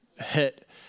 hit